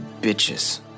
bitches